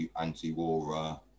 anti-war